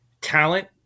Talent